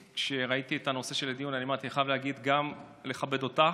כשראיתי את הנושא של הדיון אמרתי שאני חייב גם לכבד אותך,